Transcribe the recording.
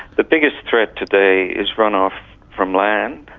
the biggest threat today is run-off from land,